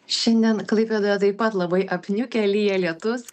šiandien klaipėdoje taip pat labai apniukę lyja lietus